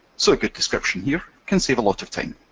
so a good description here can save a lot of time.